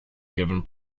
given